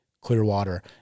Clearwater